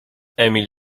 emil